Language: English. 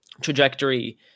trajectory